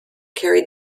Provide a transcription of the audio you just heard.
carried